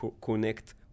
connect